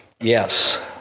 Yes